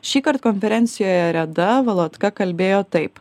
šįkart konferencijoje reda valatka kalbėjo taip